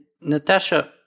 Natasha